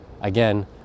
again